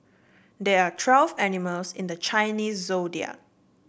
there are twelve animals in the Chinese Zodiac